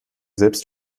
selbst